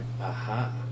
aha